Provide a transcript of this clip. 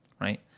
right